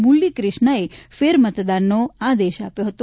મુરલી ક્રિષ્નાએ ફેર મતદાનનો આદેશ આપ્યો છે